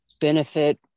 benefit